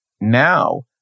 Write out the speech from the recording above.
now